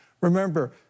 Remember